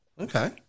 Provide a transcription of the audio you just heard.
Okay